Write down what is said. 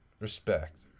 respect